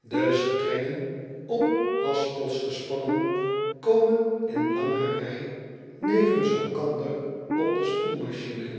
de strengen op haspels gespannen komen in lange rij nevens elkander op de spoelmachine